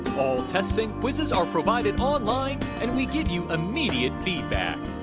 tests and quizzes are provided online, and we give you immediate feedback.